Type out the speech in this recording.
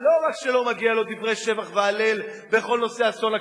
שלא רק שלא מגיעים לו דברי שבח והלל בכל נושא אסון הכרמל,